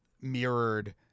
mirrored